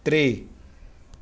ترٛےٚ